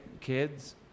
kids